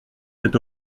cet